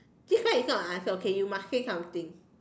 this one is not I answer okay you must say something